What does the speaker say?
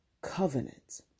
covenant